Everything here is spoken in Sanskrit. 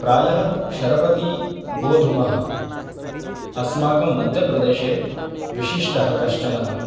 प्रायः शरबती गोधूमः अस्माकं मध्यप्रदेशे विशिष्टः कश्चनः